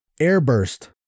airburst